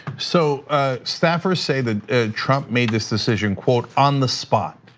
so staffers say that trump made this decision, quote, on the spot.